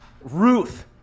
Ruth